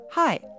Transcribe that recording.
Hi